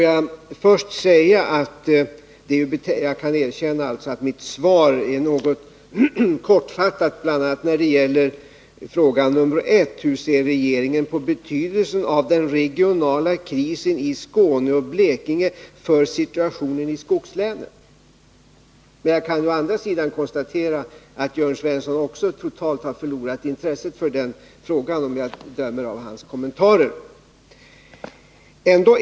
Jag kan alltså erkänna att mitt svar är något kortfattat, bl.a. när det gäller fråga nr 1, om hur regeringen ser på betydelsen av den regionala krisen i Skåne och Blekinge för situationen i skogslänen. Jag kan å andra sidan konstatera att Jörn Svensson totalt har förlorat intresset för den frågan, om jag dömer av hans kommentarer.